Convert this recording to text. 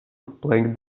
playing